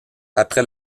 après